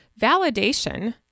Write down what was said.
Validation